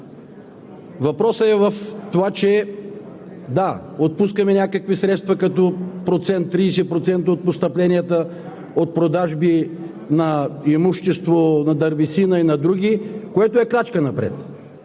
Въпросът е в това, че – да, отпускаме някакви средства като процент – 30% от постъпленията от продажби на имущество, на дървесина и на други, което е крачка напред.